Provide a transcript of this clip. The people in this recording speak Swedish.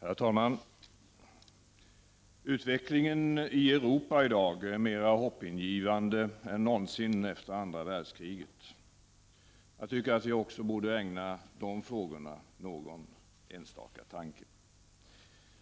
Herr talman! Utvecklingen i Europa i dag är mera hoppingivande än någonsin efter andra världskriget. Jag tycker att vi borde ägna också dessa frågor någon enstaka tanke.